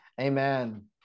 amen